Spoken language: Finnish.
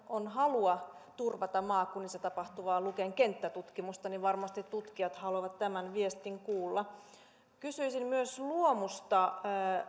on halua turvata maakunnissa tapahtuvaa luken kenttätutkimusta niin varmasti tutkijat haluavat tämän viestin kuulla kysyisin myös luomusta